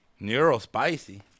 NeuroSpicy